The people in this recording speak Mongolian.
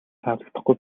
таалагдахгүй